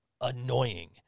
annoying